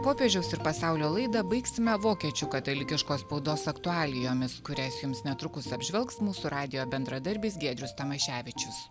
popiežiaus ir pasaulio laidą baigsime vokiečių katalikiškos spaudos aktualijomis kurias jums netrukus apžvelgs mūsų radijo bendradarbis giedrius tamaševičius